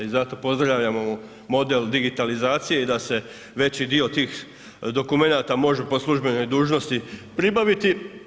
I zato pozdravljamo model digitalizacije i da se veći dio tih dokumenata može po službenoj dužnosti pribaviti.